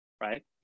right